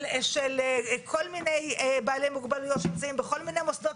של כל מיני בעלי מוגבלויות שנמצאים בכל מיני מוסדות,